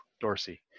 Dorsey